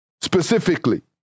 specifically